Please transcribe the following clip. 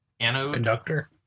Conductor